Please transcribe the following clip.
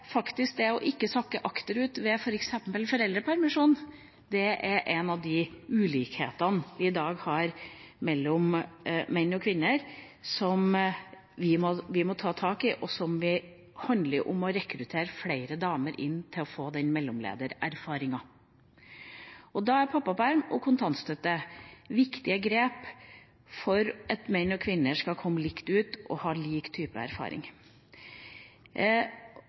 faktisk det å ikke sakke akterut ved f.eks. foreldrepermisjon noe som vi må ta tak i, for her finner vi en av ulikhetene vi i dag har mellom menn og kvinner. Det handler om å rekruttere flere damer til å få den mellomledererfaringa. Da er pappaperm og kontantstøtte viktige grep for at menn og kvinner skal komme likt ut og ha lik type erfaring.